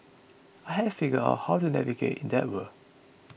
I had figured out how to navigate in that world